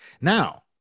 Now